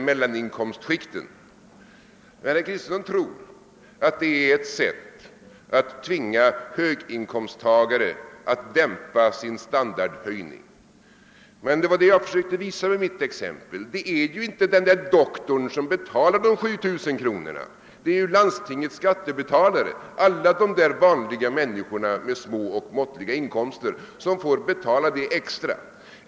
Herr Kristenson tror att hög marginalskatt är ett sätt att tvinga höga inkomsttagare att dämpa sin standardhöjning, men jag sökte med mitt exempel visa att det inte är doktorn själv som betalar 7 000 kronor extra i skatt, utan det är landstingets skattebetalare, alla de vanliga människorna med måttliga inkomster som får betala de pengarna.